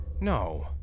No